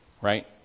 right